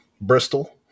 bristol